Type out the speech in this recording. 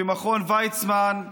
במכון ויצמן.